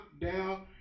down